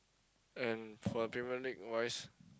and for Premier-League wise